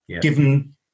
given